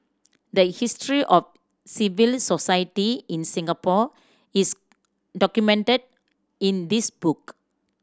the history of civil society in Singapore is documented in this book